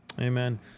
Amen